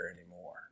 anymore